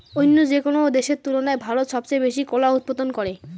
অইন্য যেকোনো দেশের তুলনায় ভারত সবচেয়ে বেশি কলা উৎপাদন করে